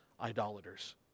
idolaters